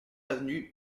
avenue